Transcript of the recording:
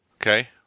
okay